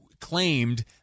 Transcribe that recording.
claimed